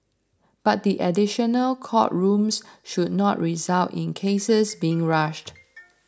but the additional court rooms should not result in cases being rushed